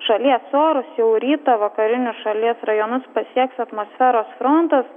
šalies orus jau rytą vakarinius šalies rajonus pasieks atmosferos frontas